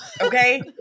Okay